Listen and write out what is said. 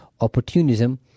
Opportunism